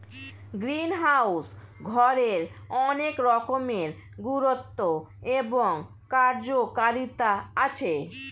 greenhouse ঘরের অনেক রকমের গুরুত্ব এবং কার্যকারিতা আছে